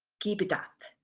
keep it up.